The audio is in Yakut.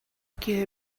киһи